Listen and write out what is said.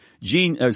gene